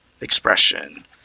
expression